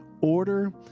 order